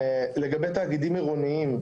לגבי תאגידים עירוניים,